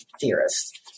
theorists